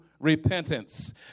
repentance